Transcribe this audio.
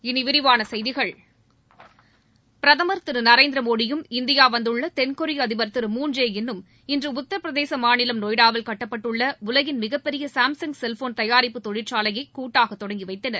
இனி விரிவான செய்திகள் பிரதமர் திரு நரேந்திரமோடியும் இந்தியா வந்துள்ள தென்கொரிய அதிபர் திரு மூன் ஜே இன் னும் இன்று உத்தரப் பிரதேச மாநிலம் நொய்டாவில் கட்டப்பட்டுள்ள உலகின் மிகப்பெரிய சாம்சங் செல்போன் தயாரிப்பு தொழிற்சாலையை கூட்டாக தொடங்கி வைத்தனர்